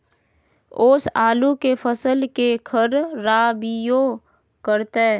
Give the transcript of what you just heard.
ओस आलू के फसल के खराबियों करतै?